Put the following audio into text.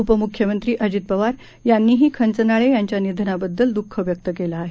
उपमुख्यमंत्री अजित पवार यांनीही खंचनाळे यांच्या निधनाबद्दल दुःख व्यक्त केलं आहे